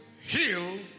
Healed